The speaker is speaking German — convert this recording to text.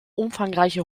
umfangreiche